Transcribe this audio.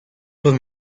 los